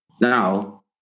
now